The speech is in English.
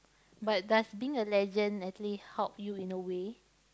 but does being a legend actually help you in a way